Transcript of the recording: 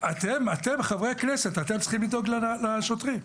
צריכה לדאוג לשוטרים.